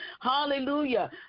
hallelujah